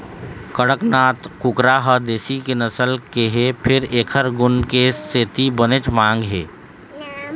कड़कनाथ कुकरा ह देशी नसल के हे फेर एखर गुन के सेती बनेच मांग हे